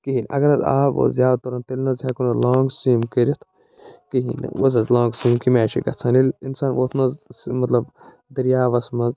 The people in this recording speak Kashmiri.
کِہیٖنۍ اگر حظ آب اوس زیادٕ تُرُن تیٚلہِ نَہ حظ ہٮ۪کو نہٕ لانٛگ سُیِم کٔرِتھ کِہیٖنۍ نہٕ ؤز حظ لانٛگ سُیِم کمہِ آیہِ چھِ گَژھان ییٚلہِ اِنسان ووٚتھ نَہ حظ مطلب دٔریاوس منٛز